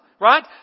Right